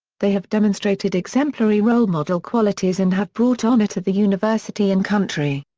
they have demonstrated exemplary role model qualities and have brought honor to the university and country.